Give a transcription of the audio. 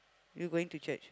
you going to church